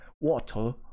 water